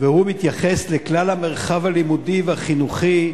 והוא מתייחס לכלל המרחב הלימודי והחינוכי,